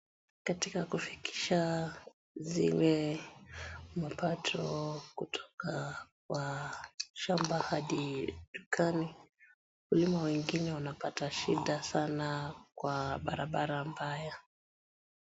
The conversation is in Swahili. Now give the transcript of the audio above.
Katika kufikisha zile mapato kutoka kwa shamba hadi dukani, wakulima wengine wanapata shida sana kwa barabara mbaya.